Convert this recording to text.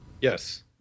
Yes